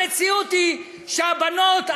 המציאות היא שהבנות,